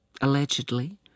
Allegedly